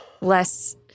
less